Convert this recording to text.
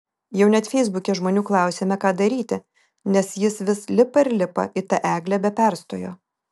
jau net feisbuke žmonių klausėme ką daryti nes jis vis lipa ir lipa į tą eglę be perstojo